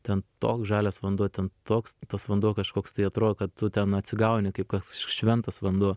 ten toks žalias vanduo ten toks tas vanduo kažkoks tai atrodo kad tu ten atsigauni kaip koks šventas vanduo